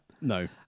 No